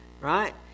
right